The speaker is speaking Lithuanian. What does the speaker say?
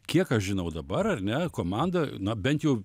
kiek aš žinau dabar ar ne komanda na bent jau